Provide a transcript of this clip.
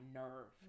nerve